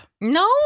No